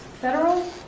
federal